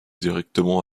directement